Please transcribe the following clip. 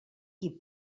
qui